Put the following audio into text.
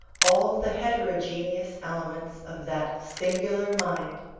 all the heterogeneous elements of that singular mind.